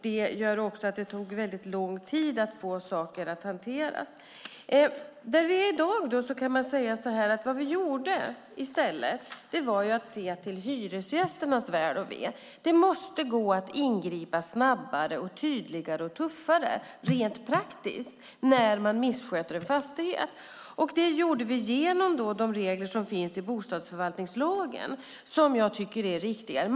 Det gjorde också att det tog väldigt lång tid att få saker hanterade. I dag kan vi säga att vad vi gjorde var att i stället se till hyresgästernas väl och ve. Det måste gå att ingripa snabbare, tydligare och tuffare rent praktiskt när någon missköter en fastighet. Det gjorde vi genom de regler som finns i bostadsförvaltningslagen och som jag tycker är riktigare.